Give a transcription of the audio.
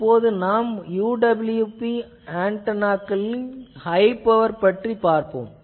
இப்போது நாம் high power UWB ஆன்டெனாக்கள் பற்றிப் பார்ப்போம்